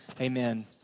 amen